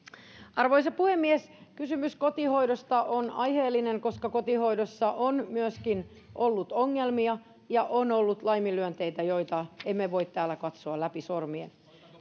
arvoisa puhemies kysymys kotihoidosta on aiheellinen koska kotihoidossa on myöskin ollut ongelmia ja on ollut laiminlyöntejä joita emme voi täällä katsoa läpi sormien